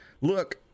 Look